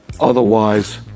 otherwise